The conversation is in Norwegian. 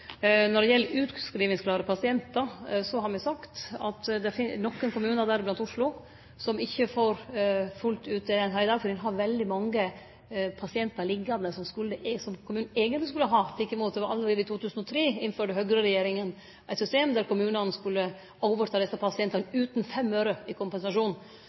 Når det gjeld utskrivingsklare pasientar, har me sagt at det er nokre kommunar, deriblant Oslo, som ikkje får dette fullt ut dekt opp i dag, for me har veldig mange pasientar liggjande som kommunen eigentleg skulle ha teke imot. Allereie i 2003 innførte høgreregjeringa eit system der kommunane skulle overta desse pasientane utan fem øre i kompensasjon.